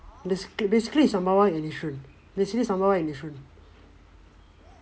basica~ basically it's sembawang and yishun basically sembawang and yishun